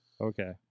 Okay